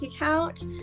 account